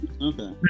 Okay